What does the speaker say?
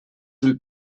will